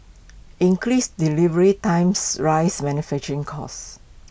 increased delivery times rise manufacturing costs